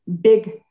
big